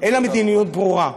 אין לה מדיניות ברורה.